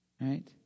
Right